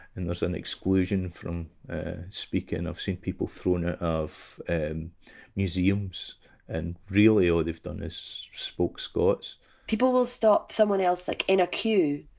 and there's an exclusion from speaking. i've seen people thrown out of museums and museums and really all they've done is spoken scots people will stop someone else like in a queue.